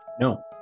No